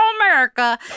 America